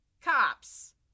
cops